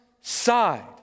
side